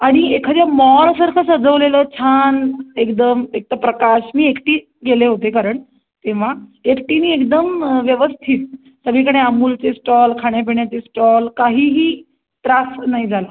आणि एखाद्या मॉरसारखं सजवलेलं छान एकदम एकतर प्रकाश मी एकटी गेले होते कारण तेव्हा एकटीने एकदम व्यवस्थित सगळीकडे आमूलचे स्टॉल खाण्यापिण्याचे स्टॉल काहीही त्रास नाही झाला